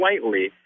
slightly –